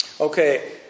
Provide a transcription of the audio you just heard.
Okay